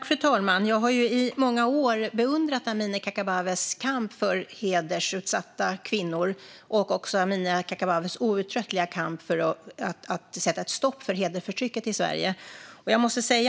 Fru talman! Jag har under många år beundrat Amineh Kakabavehs kamp för hedersutsatta kvinnor och hennes outtröttliga kamp för att sätta stopp för hedersförtrycket i Sverige.